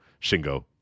Shingo